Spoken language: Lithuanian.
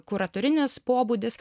kuratorinis pobūdis